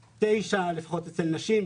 לפחות אצל נשים,